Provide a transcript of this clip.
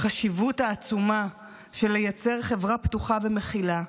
החשיבות העצומה של לייצר חברה פתוחה ומכילה,